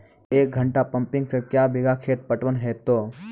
एक घंटा pumping set क्या बीघा खेत पटवन है तो?